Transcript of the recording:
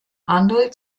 arnold